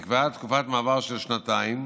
תקופת מעבר של שנתיים,